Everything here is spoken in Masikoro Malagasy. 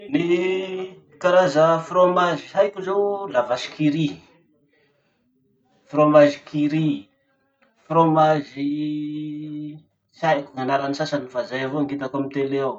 Ny karaza fromazy haiko zao: la vache qui rit, fromage qui rit, fromazyyyy, tsy haiko ny anaran'ny sasany fa zay avao ny hitako amy tele ao.